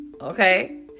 Okay